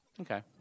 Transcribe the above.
Okay